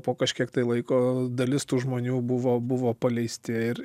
po kažkiek tai laiko dalis tų žmonių buvo buvo paleisti ir